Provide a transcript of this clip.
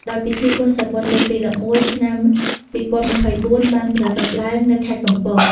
ដោយពិធីបុណ្យសមុទ្រលើកទី ១១ ឆ្នាំ២០២៤ បានប្រារព្ធឡើងនៅខេត្តកំពត។